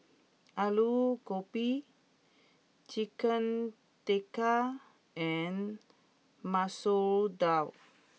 Alu Gobi Chicken Tikka and Masoor Dal